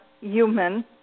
human